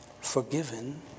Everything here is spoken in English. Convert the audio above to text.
forgiven